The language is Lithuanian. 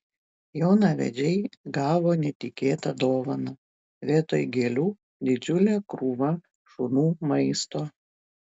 jaunavedžiai gavo netikėtą dovaną vietoj gėlių didžiulė krūva šunų maisto